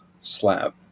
slab